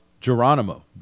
Geronimo